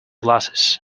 glasses